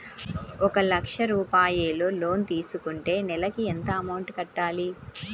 ఒక లక్ష రూపాయిలు లోన్ తీసుకుంటే నెలకి ఎంత అమౌంట్ కట్టాలి?